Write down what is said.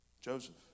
Joseph